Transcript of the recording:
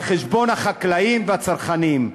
על חשבון החקלאים והצרכנים?